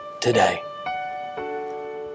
today